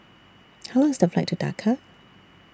How Long IS The Flight to Dakar